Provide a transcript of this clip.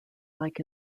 like